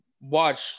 watch